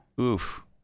Oof